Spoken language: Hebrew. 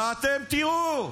ואתם תראו,